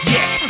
Yes